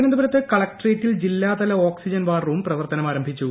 തിരുവനന്തപുരത്ത് കളക്ടറേറ്റിൽ ജില്ലാതല ഓക്സിജൻ വാർ റൂം പ്രവർത്തനമാരംഭിച്ചു